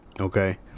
okay